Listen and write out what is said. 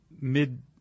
mid